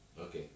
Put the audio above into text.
Okay